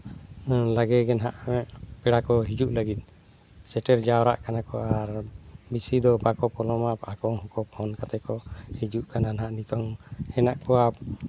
ᱞᱟᱜᱮ ᱜᱮ ᱦᱟᱸᱜ ᱯᱮᱲᱟ ᱠᱚ ᱦᱤᱡᱩᱜ ᱞᱟᱹᱜᱤᱫ ᱥᱮᱴᱮᱨ ᱡᱟᱣᱨᱟᱜ ᱠᱟᱱᱟ ᱠᱚ ᱟᱨ ᱵᱮᱥᱤ ᱫᱚ ᱵᱟᱠᱚ ᱯᱚᱞᱚᱢᱟ ᱟᱠᱚ ᱦᱚᱸᱠᱚ ᱯᱷᱳᱱ ᱠᱟᱛᱮ ᱠᱚ ᱦᱤᱡᱩᱜ ᱠᱟᱱᱟ ᱦᱟᱸᱜ ᱱᱤᱛᱚᱝ ᱦᱮᱱᱟᱜ ᱠᱚᱣᱟ